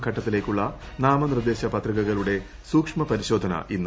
ഘട്ടത്തിലേക്കുള്ള നാമുന്നിർദ്ദേശ പത്രിക്കളുടെ സൂക്ഷ്മ പരിശോധന ഇന്ന്